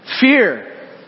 Fear